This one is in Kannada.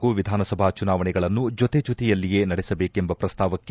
ಲೋಕಸಭೆ ಹಾಗೂ ವಿಧಾನಸಭಾ ಚುನಾವಣೆಗಳನ್ನು ಜೊತೆ ಜೊತೆಯಲ್ಲಿಯೇ ನಡೆಸಬೇಕೆಂಬ ಪ್ರಸ್ತಾವಕ್ಕೆ